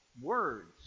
Words